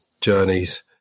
journeys